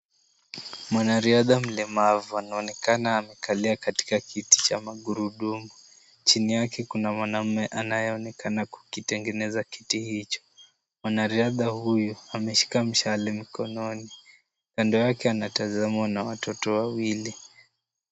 Mwanariadha mlemavu, anaonekana amekalia katika kiti cha magurudumu. Chini yake kuna mwanaume anayeonekana kukitengeneza kiti hicho. Mwanariadha huyu ameshika mshale mkononi. Kando yake anatazamwa na watoto wawili.